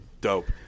dope